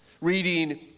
reading